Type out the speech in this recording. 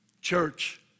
Church